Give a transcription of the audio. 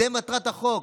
זאת מטרת החוק.